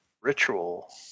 Ritual